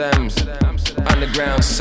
Underground